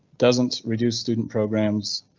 doesn't reduce student programs,